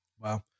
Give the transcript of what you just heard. Wow